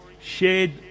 shared